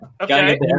Okay